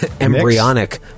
embryonic